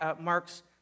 Mark's